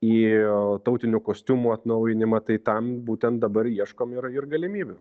į tautinių kostiumų atnaujinimą tai tam būtent dabar ieškom ir ir galimybių